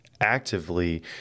actively